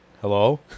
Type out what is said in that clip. Hello